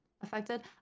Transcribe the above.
affected